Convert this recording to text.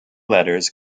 letters